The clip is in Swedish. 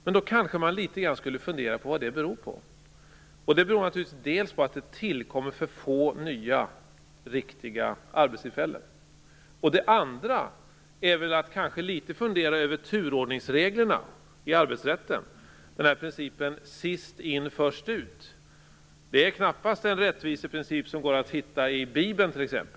Men då kanske man borde fundera litet grand över vad det beror på. Det beror naturligtvis på att det tillkommer för få nya riktiga arbetstillfällen. Man borde kanske också fundera litet över turordningsreglerna i arbetsrätten. Principen sist in, först ut är knappast en rättviseprincip som går att hitta i Bibeln, t.ex.